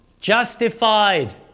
justified